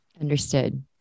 Understood